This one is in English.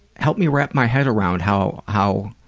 help me wrap my head around how how